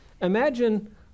Imagine